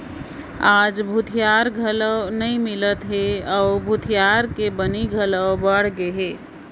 आयज भूथिहार घलो नइ मिलत हे अउ भूथिहार के बनी घलो बड़ गेहे